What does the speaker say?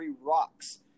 Rocks